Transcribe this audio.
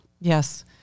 Yes